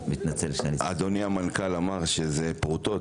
אדוני המנכ"ל אמר שזה פרוטות,